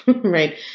right